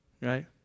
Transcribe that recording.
Right